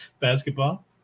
Basketball